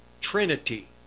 Trinity